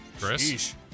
Chris